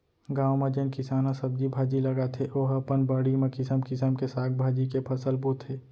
गाँव म जेन किसान ह सब्जी भाजी लगाथे ओ ह अपन बाड़ी म किसम किसम के साग भाजी के फसल बोथे